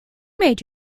made